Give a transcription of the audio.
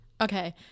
Okay